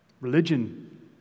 religion